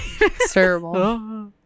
Terrible